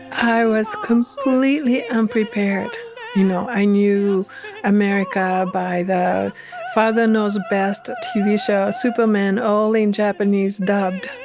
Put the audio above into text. i was completely unprepared you know, i knew america by the father knows best. tunisia, supermen all in japanese dad,